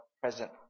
present